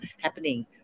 happening